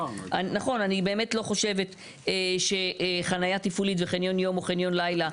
אני באמת לא חושבת שחנייה תפעולית וחניון יום או חניון לילה,